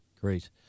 Great